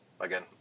again